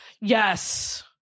Yes